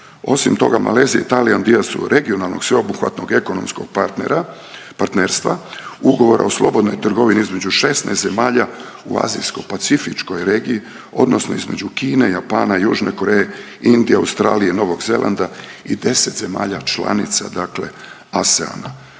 Osim toga Malezija i Tajland dio su regionalnoj sveobuhvatnog ekonomskog partnerstva ugovora o slobodnoj trgovini između 16 zemalja u azijsko pacifičkoj regiji odnosno između Kine, Japana, Južne Koreje, Indije, Australije, Novog Zelanda i 10 zemalja članica ASEAN-a.